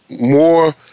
more